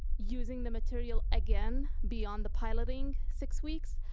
using the material again, beyond the piloting six weeks.